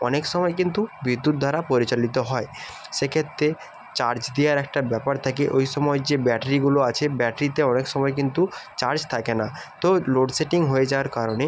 অনেক সময় কিন্তু বিদ্যুৎ দ্বারা পরিচালিত হয় সেক্ষেত্রে চার্জ দেওয়ার একটা ব্যাপার থাকে ওই সময় যে ব্যাটারিগুলো আছে ব্যাটারিতে অনেক সময় কিন্তু চার্জ থাকে না তো লোডসেডিং হয়ে যাওয়ার কারণে